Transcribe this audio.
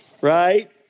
right